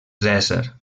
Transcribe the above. cèsar